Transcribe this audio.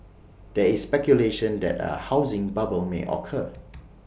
there is speculation that A housing bubble may occur